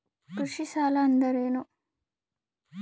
ಕೃಷಿ ಸಾಲ ಅಂದರೇನು?